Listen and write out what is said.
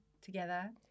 together